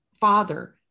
Father